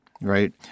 right